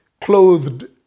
clothed